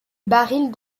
barils